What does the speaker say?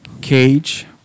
Cage